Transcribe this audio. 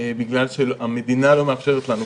בגלל שהמדינה לא מאפשרת לנו,